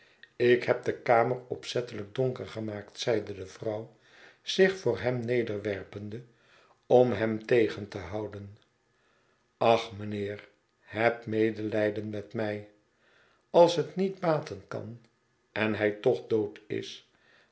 ik heb de kamer opzettelijk donker gemaakt zeide de vrouw zich voor hem nederwerpende om hem tegen te houden ach mijnheer heb medelijden met mij als het niet baten kan en hij toch dood is